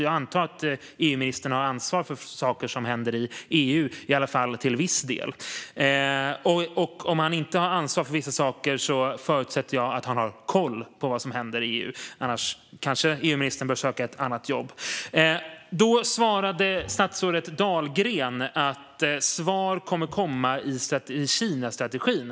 Jag antar att EU-ministern har ansvar för saker som händer i EU, i varje fall till viss del. Om han inte har ansvar för vissa saker förutsätter jag att han har koll på vad som händer i EU. Annars kanske EU-ministern bör söka ett annat jobb. Statsrådet Dahlgren svarade då att svar kommer att komma i Kinastrategin.